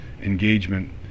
engagement